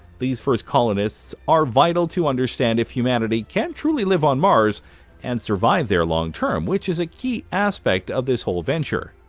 these first colonists are vital to understand if humanity can truly live on mars and survive there long-term, which is a key aspect of this whole venture.